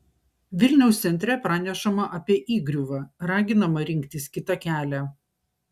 vilniaus centre pranešama apie įgriuvą raginama rinktis kitą kelią